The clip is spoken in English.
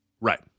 Right